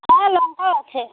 হ্যাঁ লঙ্কাও আছে